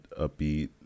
upbeat